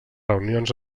reunions